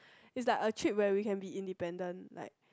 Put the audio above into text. is like a trip where we can be independent like